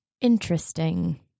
Interesting